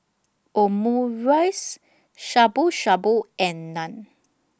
Omurice Shabu Shabu and Naan